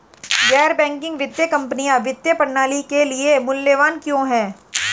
गैर बैंकिंग वित्तीय कंपनियाँ वित्तीय प्रणाली के लिए मूल्यवान क्यों हैं?